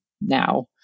now